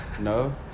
no